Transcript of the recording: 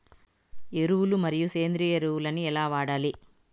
ఎరువులు మరియు సేంద్రియ ఎరువులని ఎలా వాడాలి?